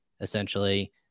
essentially